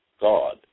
God